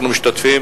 אנחנו משתתפים